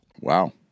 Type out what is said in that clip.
Wow